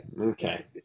okay